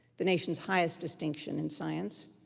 the nation's highest distinction in science,